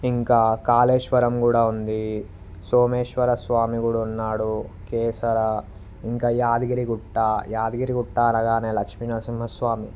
ఇంకా కాళేశ్వరం కూడా ఉంది సోమేశ్వరస్వామి కూడా ఉన్నాడు కేశరా ఇంక ఇగ యాదగిరిగుట్ట యాదగిరిగుట్ట అనగానే లక్ష్మీనరసింహ స్వామి